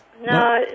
No